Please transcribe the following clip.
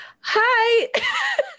hi